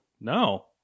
no